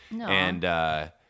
and-